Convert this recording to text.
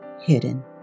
hidden